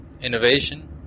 innovation